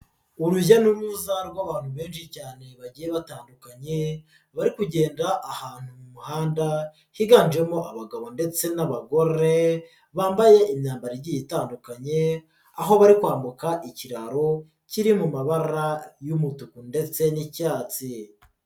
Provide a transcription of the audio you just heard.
Urujya n'uruza rw'abantu benshi cyane bagiye batandukanye bari kugenda ahantu mu muhanda higanjemo abagabo ndetse n'abagore bambaye imyambaro igiye itandukanye aho bari kwambuka ikiraro kiri mu mabara y'umutuku ndetse n'icyatsi.